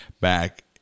back